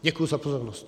Děkuji za pozornost.